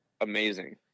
amazing